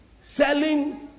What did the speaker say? selling